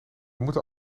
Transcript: moeten